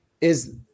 is-